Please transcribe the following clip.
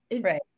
Right